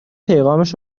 پیغامش